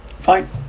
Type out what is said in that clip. Fine